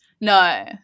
No